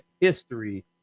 history